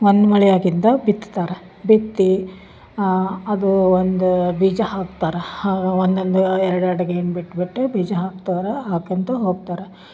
ಒಂದು ಮಳೆ ಆಗಿಂದ ಬಿತ್ತುತ್ತಾರ ಬಿತ್ತಿ ಅದು ಒಂದು ಬೀಜ ಹಾಕ್ತಾರೆ ಹ ಒಂದು ಒಂದು ಎರಡು ಎರಡು ಗೇಣು ಬಿಟ್ಬಿಟ್ಟು ಬೀಜ ಹಾಕ್ತಾರೆ ಹಾಕಂತು ಹೋಗ್ತಾರೆ